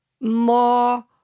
more